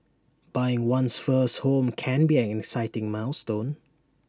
buying one's first home can be an exciting milestone